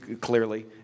Clearly